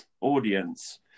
audience